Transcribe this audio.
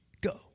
go